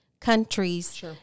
countries